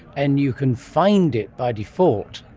and you can find it by default.